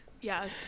yes